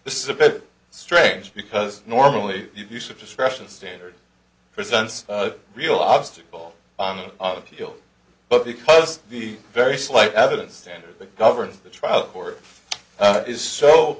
this is a bit strange because normally use of discretion standard presents a real obstacle on the field but because the very slight evidence standard that governs the trial court is so